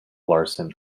larsen